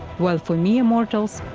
while for mere mortals,